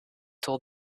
told